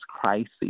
crisis